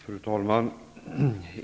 Fru talman!